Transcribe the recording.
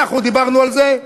אנחנו דיברנו על זה.